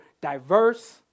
diverse